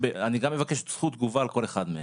אני גם מבקש זכות תגובה על כל אחד מהם.